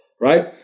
right